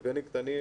בגני ילדים,